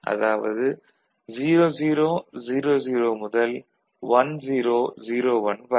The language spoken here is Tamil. அதாவது 0000 முதல் 1001 வரை